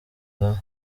rwanda